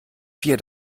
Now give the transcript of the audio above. vier